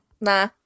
Nah